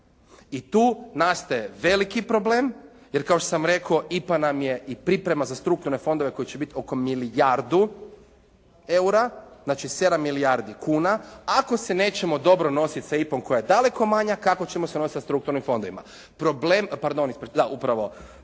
i tu nastaje veliki problem jer kao što sam rekao IPA nam je i priprema za strukturne fondove kojih će biti oko milijardu eura, znači 7 milijardi kuna. Ako se nećemo dobro nositi sa IPA-om koja je daleko manja kako ćemo se nositi sa strukturnim fondovima.